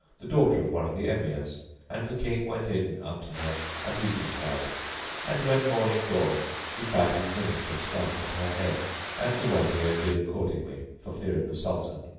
the daughter of one of the emirs and the king went in unto her at eventide and when morning dawned he bade his minister strike off her head and the wazir did accordingly for fear of the sultan.